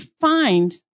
find